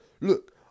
Look